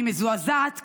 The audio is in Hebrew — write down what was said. אני מזועזעת,